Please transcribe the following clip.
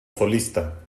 solista